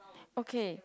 okay